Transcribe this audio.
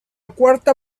cuarta